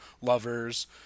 lovers